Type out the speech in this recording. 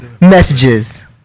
messages